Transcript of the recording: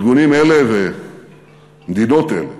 ארגונים אלה ומדינות אלה